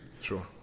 Sure